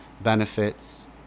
benefits